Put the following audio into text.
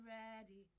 ready